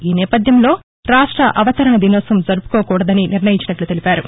ఈ నేపథ్యంలో రాష్ట్ష అవతరణ దినోత్సవం జరుపుకోకూదడని నిర్ణయించినట్లు తెలిపారు